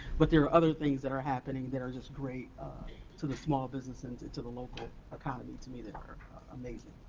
but there are other things that are happening that are just great um to the small businesses and to the local economy. to me, they are amazing.